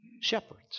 shepherds